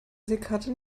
seekarte